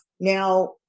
now